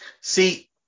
See